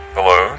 Hello